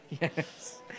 Yes